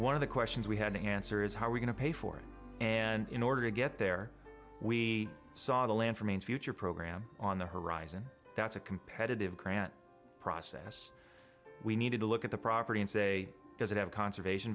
one of the questions we had to answer is how are we going to pay for it and in order to get there we saw the land from a future program on the horizon that's a competitive grant process we need to look at the property and say does it have conservation